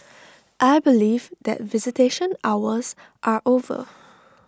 I believe that visitation hours are over